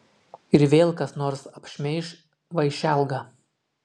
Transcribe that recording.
ir vėl kas nors apšmeiš vaišelgą